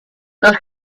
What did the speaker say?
los